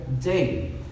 day